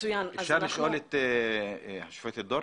אפשר לשאול משהו את השופטת דורנר?